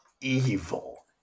evil